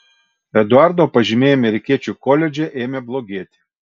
eduardo pažymiai amerikiečių koledže ėmė blogėti